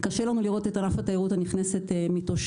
קשה לנו לראות את ענף התיירות הנכנסת מתאושש.